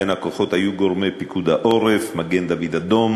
בין הכוחות היו גורמי פיקוד העורף, מגן-דוד-אדום,